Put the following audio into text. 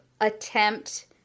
attempt